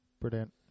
Brilliant